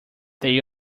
they